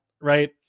right